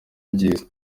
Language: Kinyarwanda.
ryiza